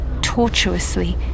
tortuously